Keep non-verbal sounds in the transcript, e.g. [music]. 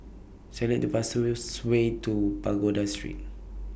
Select The fastest [unintelligible] Way to Pagoda Street